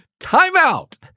timeout